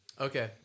okay